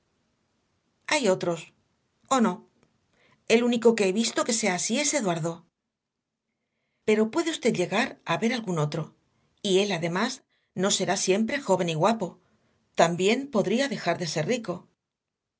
hay otros o no el único que he visto que sea así es eduardo pero puede usted llegar a ver algún otro y él además no será siempre joven y guapo también podría dejar de ser rico